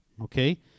okay